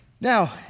Now